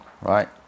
right